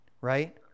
right